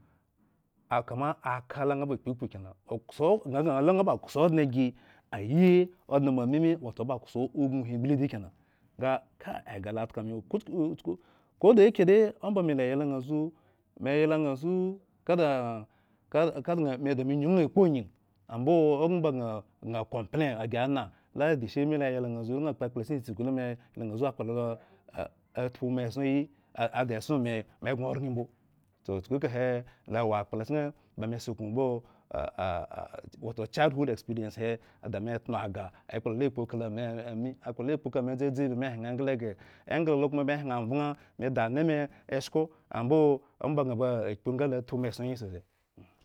Ah kama aka la. ŋha ba. kpuku kena okso"gha-gŋa” la ŋha ba kso odŋe gi a yiodŋe mo. amimi wato aba kso ubinhi gbridi kena, nga kai agah. lo tka me, ko “chuk- chuk koda yake. de omba mela. yla bha amzu, me. yla ŋha azu kada ka. Kadŋa kada me nyuŋ ŋha kpo angyi, omba “gŋa-gŋa” ko. mplain ygi anah la edishi me la yla ŋha anzu la ŋha kpo ekpla chken tsitsi gu. lame. yla ŋha ŋha anzu akpla lo a atpu meeson ayi, a-ada eson me. me egŋ oraŋ mbo toh. Chukuekahe lo awo akplacheken. ba me. suknu. mbo childhood expience hi da me etna agah ekpla l kpo kala me ame hyen. engla ghre. enla lo koma me. Hyen anvaŋ me di anime eshko ambo omba gŋa aba akpu ŋga lo tpu me eson ayi sose.